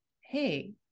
Hey